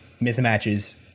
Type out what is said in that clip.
mismatches